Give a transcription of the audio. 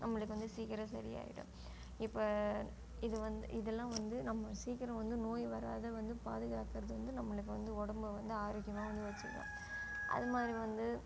நம்மளுக்கு வந்து சீக்கிரம் சரியாகிடும் இப்போ இது வந்து இதுலாம் வந்து நம்ம சீக்கிரம் வந்து நோய் வராம வந்து பாதுகாக்கிறது வந்து நம்மளுக்கு வந்து உடம்ப வந்து ஆரோக்கியமாக வந்து வெச்சிக்கும் அதுமாதிரி வந்து